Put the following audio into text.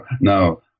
Now